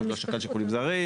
הוא שקל שיקולים זרים